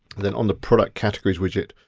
then on the product categories widget,